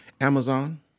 Amazon